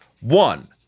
One